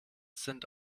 sind